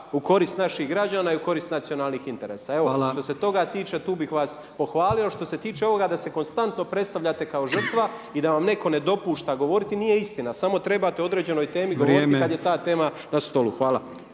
u korist naših građana i u korist nacionalnih interesa. Evo što se toga tiče tu bih vas pohvalio… …/Upadica: Hvala./… A što se tiče ovoga da se konstantno predstavljate kao žrtva i da vam netko ne dopušta govoriti nije istina, samo trebate o određenoj temi … …/Upadica: Vrijeme./… … govoriti kada je ta tema na stolu. Hvala.